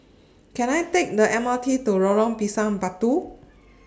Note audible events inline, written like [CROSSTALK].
Can I Take The M R T to Lorong Pisang Batu [NOISE]